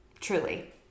truly